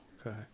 Okay